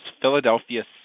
Philadelphia